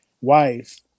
wife